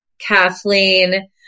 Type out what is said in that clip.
Kathleen